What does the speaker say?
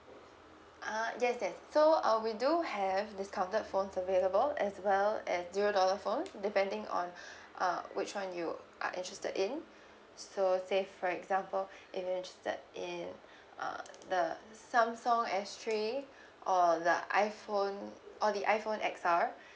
uh yes yes so uh we do have discounted phones available as well as zero dollar phone depending on uh which one you are interested in so say for example if you interested in uh the samsung S three or the iphone or the iphone X R